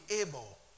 able